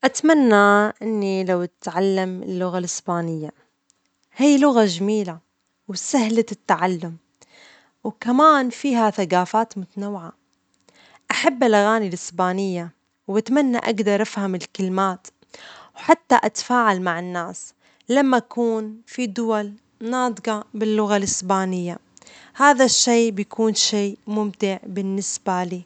أتمنى إني لو أتعلم اللغة الإسبانية ، هي لغة جميلة وسهلة التعلم، و كمان فيها ثجافات متنوعة، أحب الأغاني الإسبانية وأتمنى أجدر أفهم الكلمات وحتى أتفاعل مع الناس لما يكون في دول ناطجة باللغة الإسبانية، هذا الشيء بيكون شئ ممتع بالنسبة لي.